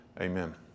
amen